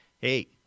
hey